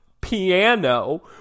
piano